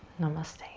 namaste.